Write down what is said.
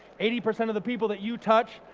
eighty percent of the people that you touch,